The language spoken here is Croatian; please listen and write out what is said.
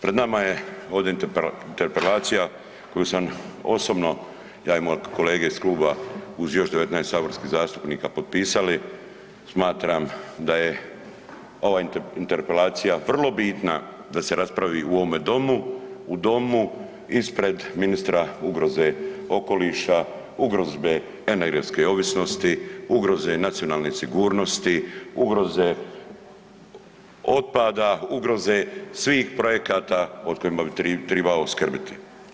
Pred nama je ovdje interpelacija koju sam osobno ja i moje kolege iz kluba uz još 19 saborskih zastupnika potpisali, smatram da je ova interpelacija vrlo bitna da se raspravi u ovome domu u domu ispred ministra ugroze okoliša, ugroze energetske ovisnosti, ugroze nacionalne sigurnosti, ugroze otpada, ugroze svih projekata o kojima bi tribao skrbiti.